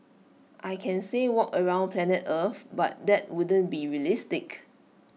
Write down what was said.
I can say walk around planet earth but that wouldn't be realistic